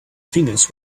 fingers